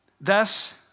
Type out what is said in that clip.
Thus